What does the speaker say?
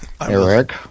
Eric